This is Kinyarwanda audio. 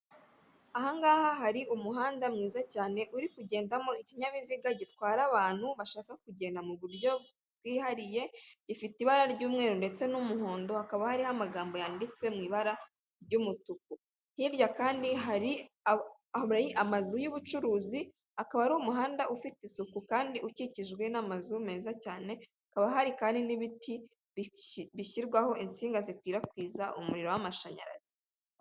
Ahangaha hari umuhanda mwiza cyane uri kugendamo ikinyabiziga gitwara abantu bashaka kugenda mu buryo bwihariye gifite ibara ry'umweru ndetse n'umuhondo hakaba hariho amagambo yanditswewi ibara ry'umutuku hirya kandi harilai amazu y'ubucuruzi akaba ari umuhanda ufite isuku kandi ukikijwe n'amazu meza cyane hakaba hari kandi n'ibiti bishyirwaho insinga zikwirakwiza umuriro w'amashanyarazi.